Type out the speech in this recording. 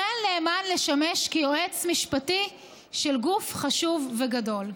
החל נאמן לשמש כיועץ משפטי של גוף חשוב וגדול.